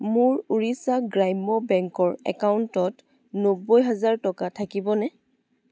মোৰ ওড়িশা গ্ৰাম্য বেংকৰ একাউণ্টত নব্বৈ হাজাৰ টকা থাকিবনে